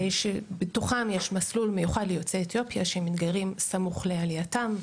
שבתוכם יש מסלול מיוחד ליוצאי אתיופיה שהם מתגיירים סמוך לעלייתם,